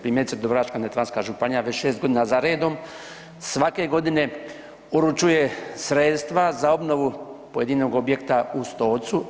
Primjerice Dubrovačko-neretvanska županija već 6 godina za redom svake godine uručuje sredstva za obnovu pojedinog objekta u Stocu.